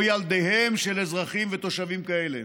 או ילדיהם של אזרחים ותושבים כאלה.